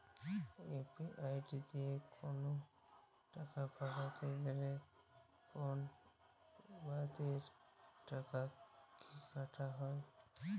UPI দিয়ে কোন টাকা পাঠাতে গেলে কোন বারতি টাকা কি কাটা হয়?